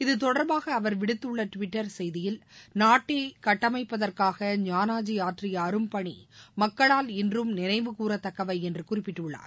இத்தொடர்பாக அவர் விடுத்துள்ள ட்விட்டர் செய்தியில் நாட்டை கட்டமைப்பிற்காக ஞானஜி ஆற்றிய அரும்பணி மக்களால் இன்றும் நினைவுகூறத்தக்கவை என்று குறிப்பிட்டுள்ளார்